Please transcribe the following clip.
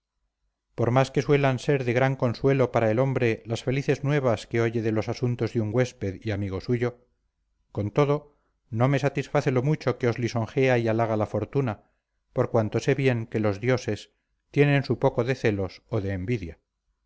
por más que suelan ser de gran consuelo para el hombre las felices nuevas que oye de los asuntos de un huésped y amigo suyo con todo no me satisface lo mucho que os lisonjea y halaga la fortuna por cuanto sé bien que los dioses tienen su poco de celos o de envidia